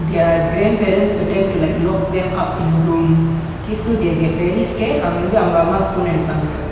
their grandparents attempt to like lock them up in room K so they get very scared அவங்க வந்து அவங்க அம்மாக்கு phone அடிப்பாங்க:avanga vanthu avanga ammaku phone adipaanga